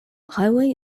highway